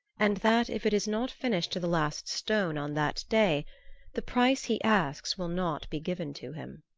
and that if it is not finished to the last stone on that day the price he asks will not be given to him.